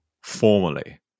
formally